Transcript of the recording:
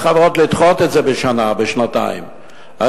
לדחות בשנה-שנתיים את ההפחתה על מס חברות?